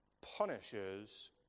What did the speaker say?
punishes